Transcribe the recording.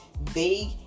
vague